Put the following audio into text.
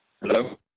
Hello